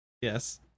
Yes